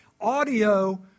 audio